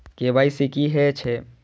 KYC की हे छे?